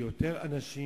שיותר אנשים.